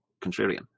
contrarian